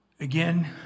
Again